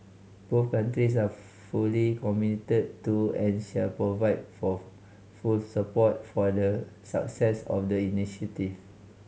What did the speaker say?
both countries are fully committed to and shall provide for full support for the success of the initiative